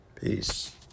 Peace